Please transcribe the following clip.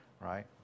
right